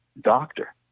doctor